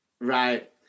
Right